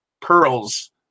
pearls